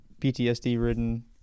PTSD-ridden